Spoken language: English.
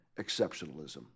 exceptionalism